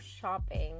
shopping